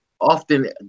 often